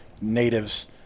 natives